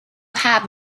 have